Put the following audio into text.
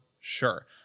sure